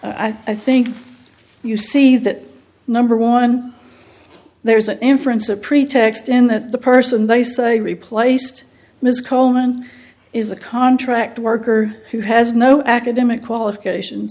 i think you see that number one there is an inference a pretext and that the person they say replaced ms coleman is a contract worker who has no academic qualifications